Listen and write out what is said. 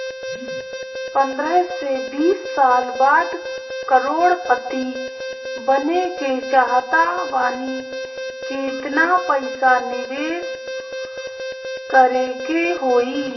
पंद्रह से बीस साल बाद करोड़ पति बने के चाहता बानी केतना पइसा निवेस करे के होई?